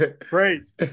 Praise